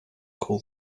call